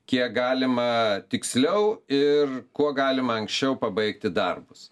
kiek galima tiksliau ir kuo galima anksčiau pabaigti darbus